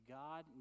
god